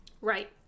Right